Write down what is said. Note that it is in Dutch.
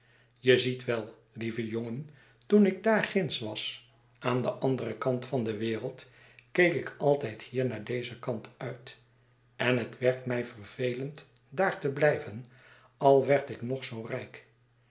je ziet wel lieve jongen toen ik daarginds was aan den anderen kant van de wereld keek ik altijd hier naar dezen kant uit en het werd mij vervelend daar te blijven al werd ik nog zoo rijk